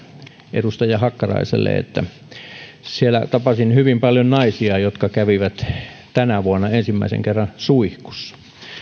edustaja hakkaraiselle siellä tapasin hyvin paljon naisia jotka kävivät tänä vuonna ensimmäisen kerran suihkussa